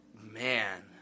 man